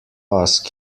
ask